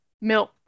milk